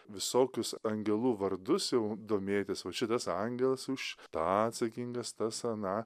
visokius angelų vardus jau domėtis va šitas angelas už tą atsakingas tas aną